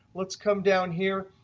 let's come down here.